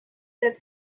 that